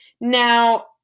Now